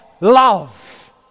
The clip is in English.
love